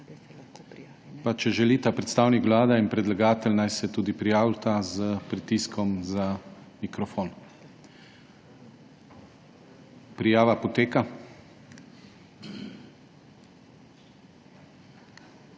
Če želita predstavnik Vlade in predlagatelj, naj se tudi prijavita s pritiskom [na gumb] za mikrofon. Prijava poteka.